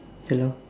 hello